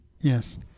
Yes